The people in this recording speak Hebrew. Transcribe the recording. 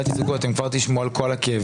אל תדאגו, אתם כבר תשמעו על כל הכאבים.